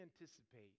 anticipate